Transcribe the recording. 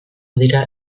dira